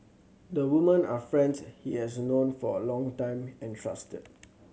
the women are friends he has known for a long time and trusted